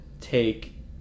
take